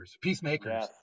peacemakers